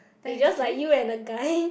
it's just like you and the guy